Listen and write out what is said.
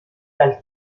dal